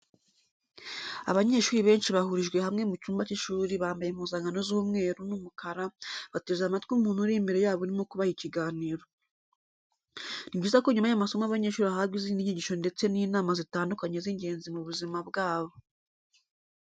Abanyeshuri benshi bahurijwe hamwe mu cyumba cy'ishuri bambaye impuzankano z'umweru, n'umukara bateze amatwi umuntu uri imbere yabo urimo kubaha ikiganiro. Ni byiza ko nyuma y'amasomo abanyeshuri bahabwa izindi nyigisho ndetse n'inama zitandukanye z'ingenzi mu buzima bwabo.